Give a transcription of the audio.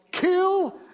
kill